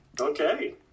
Okay